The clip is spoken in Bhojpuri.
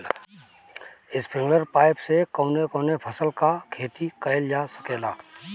स्प्रिंगलर पाइप से कवने कवने फसल क खेती कइल जा सकेला?